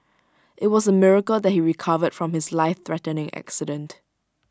IT was A miracle that he recovered from his lifethreatening accident